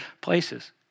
places